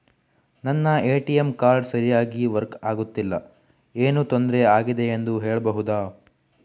ನನ್ನ ATM card ಸರಿಯಾಗಿ work ಆಗುತ್ತಿಲ್ಲ, ಏನು ತೊಂದ್ರೆ ಆಗಿದೆಯೆಂದು ಹೇಳ್ಬಹುದಾ?